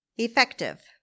Effective